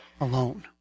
alone